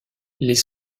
les